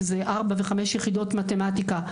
שזה ארבע וחמש יחידות מתמטיקה,